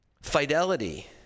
Fidelity